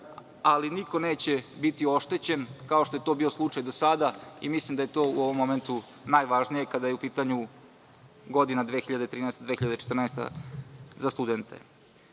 ali niko neće biti oštećen kao što je to bio slučaj do sada i mislim da je to u ovom momentu najvažnije kada je u pitanju godina 2013. i 2014. godina